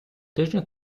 тижня